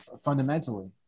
fundamentally